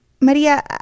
Maria